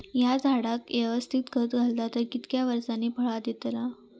हया झाडाक यवस्तित खत घातला तर कितक्या वरसांनी फळा दीताला?